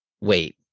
Wait